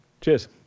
Cheers